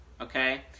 okay